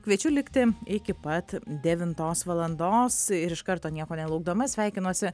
kviečiu likti iki pat devintos valandos ir iš karto nieko nelaukdama sveikinuosi